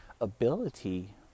ability